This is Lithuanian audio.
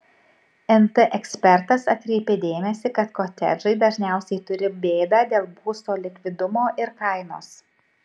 nt ekspertas atkreipė dėmesį kad kotedžai dažniausiai turi bėdą dėl būsto likvidumo ir kainos